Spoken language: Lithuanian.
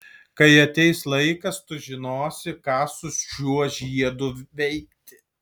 kai ateis laikas tu žinosi ką su šiuo žiedu veikti